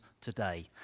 today